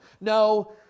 No